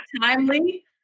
timely